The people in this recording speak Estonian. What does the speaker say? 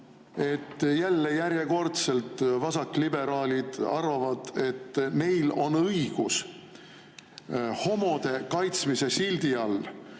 et jälle, järjekordselt vasakliberaalid arvavad, et neil on õigus homode kaitsmise sildi all